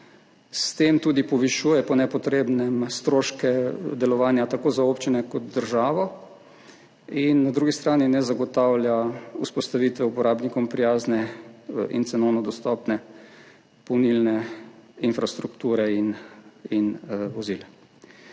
s tem tudi po nepotrebnem povišuje stroške delovanja tako za občine kot državo in na drugi strani ne zagotavlja vzpostavitve uporabnikom prijazne in cenovno dostopne polnilne infrastrukture in vozil.